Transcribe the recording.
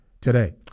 today